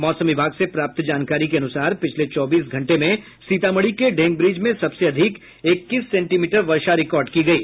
मौसम विभाग से प्राप्त जानकारी के अनुसार पिछले चौबीस घंटे में सीतामढ़ी के ढेंगब्रिज में सबसे अधिक इक्कीस सेंटीमीटर वर्षा रिकॉर्ड की गयी